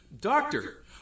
Doctor